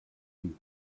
you